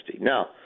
Now